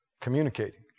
communicating